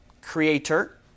creator